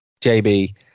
JB